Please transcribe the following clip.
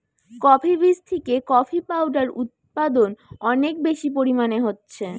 coffee বীজ থিকে coffee powder উদপাদন অনেক বেশি পরিমাণে হচ্ছে